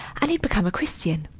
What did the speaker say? and he'd become a christian.